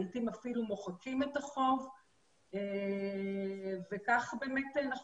לעיתים אפילו מוחקים את החוב וכך באמת אנחנו